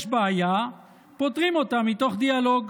יש בעיה, פותרים אותה מתוך דיאלוג.